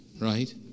right